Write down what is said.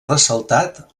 ressaltat